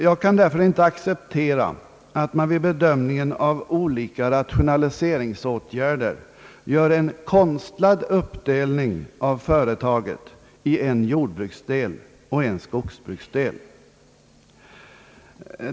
Jag kan därför inte acceptera, att man vid bedömningen av olika rationaliseringsåtgärder gör en konstlad uppdelning av företaget i en jordbruksdel och en skogsbruksdel.